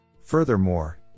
furthermore